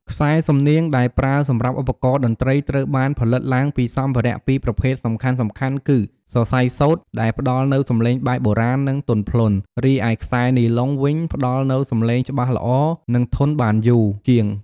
ខ្សែសំនៀងដែលប្រើសម្រាប់ឧបករណ៍តន្រ្តី ត្រូវបានផលិតឡើងពីសម្ភារៈពីរប្រភេទសំខាន់ៗ គឺ សរសៃសូត្រ ដែលផ្តល់នូវសំឡេងបែបបុរាណ និងទន់ភ្លន់ រីឯ ខ្សែនីឡុង វិញផ្តល់នូវសំឡេងច្បាស់ល្អ និងធន់បានយូរជាង។